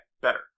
better